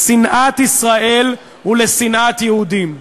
לשנאת ישראל ולשנאת יהודים.